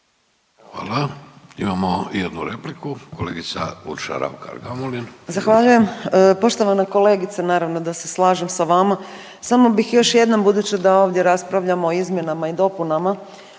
Hvala. Imamo jednu repliku kolegica Urša Raukar-Gamulin. **Raukar-Gamulin, Urša (Možemo!)** Zahvaljujem. Poštovana kolegice naravno da se slažem sa vama. Samo bih još jednom budući da ovdje raspravljamo o izmjenama i dopunama